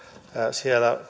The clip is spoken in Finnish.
siellä